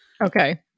Okay